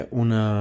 una